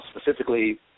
specifically